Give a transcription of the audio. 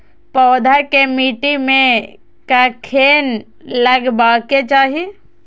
पौधा के मिट्टी में कखेन लगबाके चाहि?